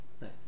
Nice